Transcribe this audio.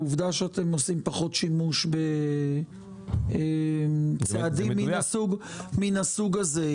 העובדה שאתם עושים פחות שימוש בצעדים מן הסוג הזה,